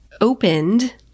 opened